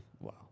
Wow